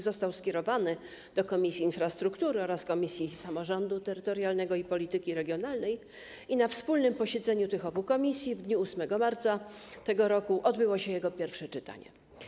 Został skierowany do Komisji Infrastruktury oraz Komisji Samorządu Terytorialnego i Polityki Regionalnej i na wspólnym posiedzeniu obu tych komisji w dniu 8 marca tego roku odbyło się jego pierwsze czytanie.